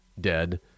dead